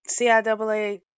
CIAA